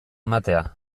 ematea